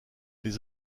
les